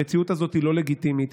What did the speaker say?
המציאות הזאת היא לא לגיטימית,